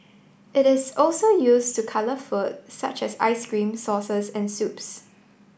it is also used to colour food such as ice cream sauces and soups